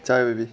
家有 already